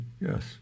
yes